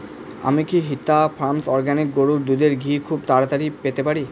আমি কি হিতা ফার্মস অরগ্যানিক গরুর দুধের ঘি খুব তাড়াতাড়ি পেতে পারি